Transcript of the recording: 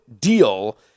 deal